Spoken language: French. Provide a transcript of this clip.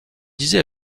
disait